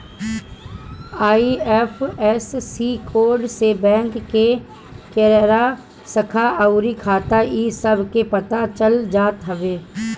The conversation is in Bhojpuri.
आई.एफ.एस.सी कोड से बैंक के एरिरा, शाखा अउरी खाता इ सब के पता चल जात हवे